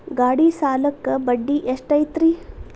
ಗಾಡಿ ಸಾಲಕ್ಕ ಬಡ್ಡಿ ಎಷ್ಟೈತ್ರಿ?